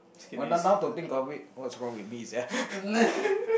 now come to think of it what's wrong with me sia